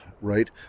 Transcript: right